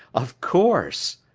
of course.